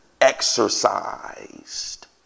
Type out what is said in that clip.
exercised